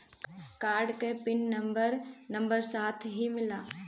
Card के pin number number साथही मिला?